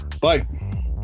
Bye